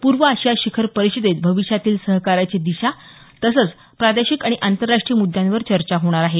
पूर्व आशिया शिखर परिषदेत भविष्यातील सहकार्याची दिशा तसंच प्रादेशिक आणि आंतरराष्ट्रीय मुद्यांवर चर्चा होणार आहे